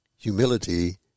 Humility